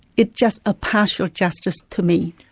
it's just a partial justice to me.